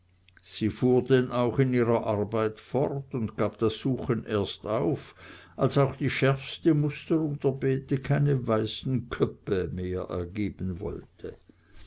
sie fuhr denn auch in ihrer arbeit fort und gab das suchen erst auf als auch die schärfste musterung der beete keine weißen köppe mehr ergeben wollte